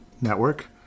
Network